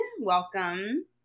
welcome